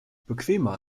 bequemer